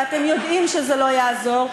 ואתם יודעים שזה לא יעזור.